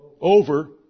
over